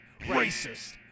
racist